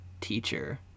teacher